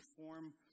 form